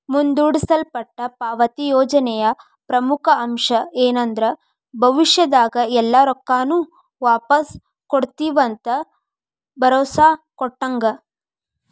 ಮುಂದೂಡಲ್ಪಟ್ಟ ಪಾವತಿ ಯೋಜನೆಯ ಪ್ರಮುಖ ಅಂಶ ಏನಂದ್ರ ಭವಿಷ್ಯದಾಗ ಎಲ್ಲಾ ರೊಕ್ಕಾನು ವಾಪಾಸ್ ಕೊಡ್ತಿವಂತ ಭರೋಸಾ ಕೊಟ್ಟಂಗ